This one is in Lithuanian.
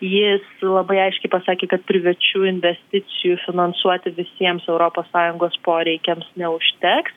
jis labai aiškiai pasakė kad privačių investicijų finansuoti visiems europos sąjungos poreikiams neužteks